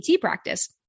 practice